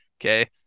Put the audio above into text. okay